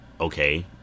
okay